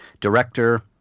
director